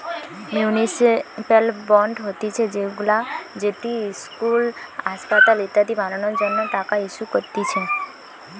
municipal bond হতিছে সেইগুলা যেটি ইস্কুল, আসপাতাল ইত্যাদি বানানোর জন্য টাকা ইস্যু করতিছে